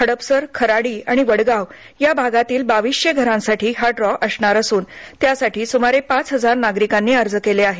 हडपसर खराडी आणि वडगाव या भागातील बावीसशे घरांसाठी हा ड्रॉ असणार असून त्यासाठी सुमारे पाच हजार नागरिकांनी अर्ज केले आहेत